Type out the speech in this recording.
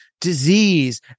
disease